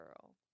girl